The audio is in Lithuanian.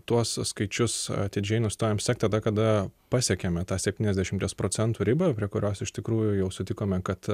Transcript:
tuos skaičius atidžiai nustojom sekt tada kada pasiekėme tą septyniasdešimties procentų ribą prie kurios iš tikrųjų jau sutikome kad